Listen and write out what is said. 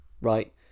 Right